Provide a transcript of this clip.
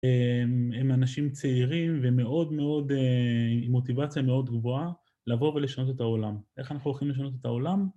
הם אנשים צעירים ומאוד מאוד מוטיבציה מאוד גבוהה לבוא ולשנות את העולם. איך אנחנו יכולים לשנות את העולם?